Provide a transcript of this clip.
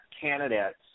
candidates